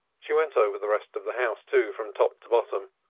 she went over the rest of the house, too, from top to bottom.